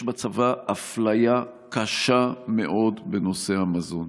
יש בצבא אפליה קשה מאוד בנושא המזון.